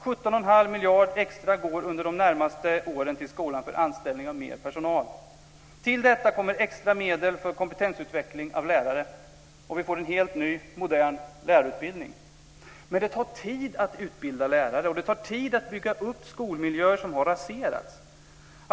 17 1⁄2 miljard extra går under de närmaste åren till skolan för anställning av mer personal. Till detta kommer extra medel för kompetensutveckling av lärare. Men det tar tid att utbilda lärare, och det tar tid att bygga upp skolmiljöer som har raserats.